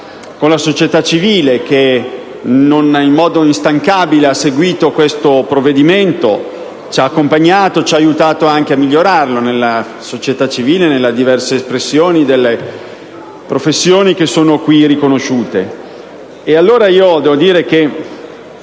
con la società civile, che in modo instancabile ha seguito questo provvedimento e ci ha accompagnato ed aiutato anche a migliorarlo nelle diverse espressioni delle professioni che sono qui riconosciute.